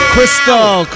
Crystal